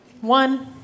one